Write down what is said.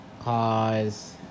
cause